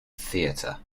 theatre